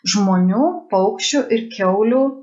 žmonių paukščių ir kiaulių